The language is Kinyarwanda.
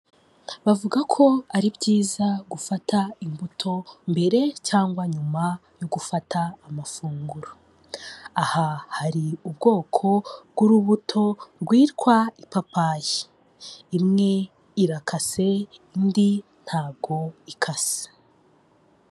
Bavuga ko ari byiza gufata imbuto mbere cyangwa nyuma yo gufata amafunguro, aha hari ubwoko bw'urubuto rwitwa ipapayi, imwe irakase indi ntabwo ikase.